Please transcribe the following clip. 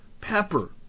pepper